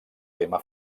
tema